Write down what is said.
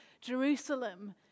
Jerusalem